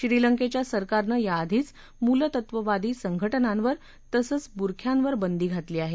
श्रीलंकेच्या सरकारनं याआधीच मुलतत्ववादी संघटनांवर तसंच बुरख्यांवर बंदी घातली आहे